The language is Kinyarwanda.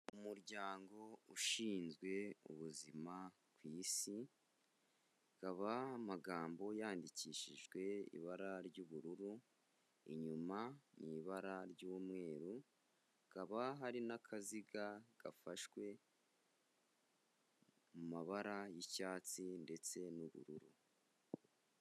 Umuryango ushinzwe ubuzima ku isi, hakaba amagambo yandikishijwe ibara ry'ubururu, inyuma mw'ibara ry'umweru hakaba hari n'akaziga gafashwe mu mabara y'icyatsi ndetse n'ubururu.